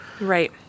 Right